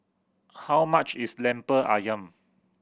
how much is Lemper Ayam